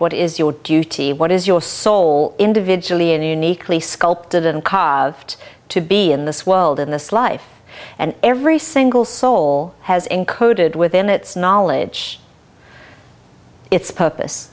what is your duty what is your soul individually and uniquely sculpted and caused to be in this world in this life and every single soul has in coded within its knowledge its purpose